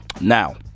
now